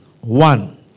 One